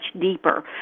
deeper